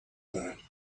that